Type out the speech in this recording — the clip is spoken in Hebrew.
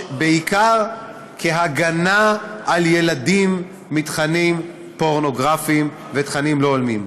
בעיקר כהגנה על ילדים מתכנים פורנוגרפיים ותכנים לא הולמים.